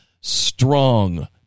strong